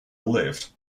lived